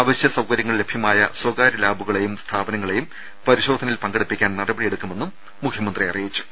അവശ്യ സൌകര്യങ്ങൾ ലഭ്യമായ സ്വകാര്യ ലാബുകളെയും സ്ഥാപനങ്ങളെയും പരിശോധനയിൽ പങ്കെടുപ്പിക്കാൻ നടപടിയെടുക്കുമെന്നും മുഖ്യമന്ത്രി അറിയിച്ചു